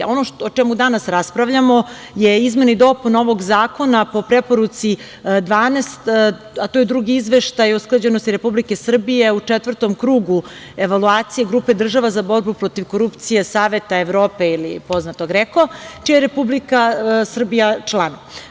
Ono o čemu danas raspravljamo je izmena i dopuna ovog zakona po preporuci 12, a to je drugi izveštaj o usklađenosti Republike Srbije u četvrtom krugu evoloacije grupe država za borbu protiv korupcije Saveta Evrope ili poznatog GREKO, čiji je Republika Srbija član.